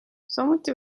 samuti